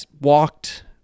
walked